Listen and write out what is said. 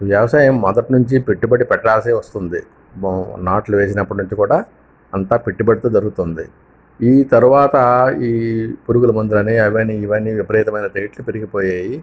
ఈ వ్యవసాయం మొదటి నుంచి పెట్టుబడి పెట్టాల్సి వస్తుంది నాట్లు వేసినప్పటి నుంచి కూడా అంతా పెట్టుబడితో జరుగుతుంది ఈ తరువాత ఈ పురుగుల మందులని అవి అని ఇవి అని విపరీతమైన రేట్లు పెరిగిపోయాయి